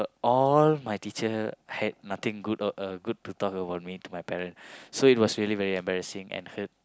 all my teacher had nothing good a~ uh good to talk about me to my parent so it was really very embarrassing and hurt